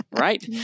Right